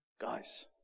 guys